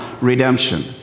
redemption